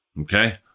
okay